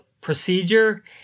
procedure